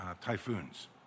typhoons